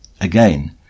Again